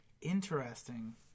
Interesting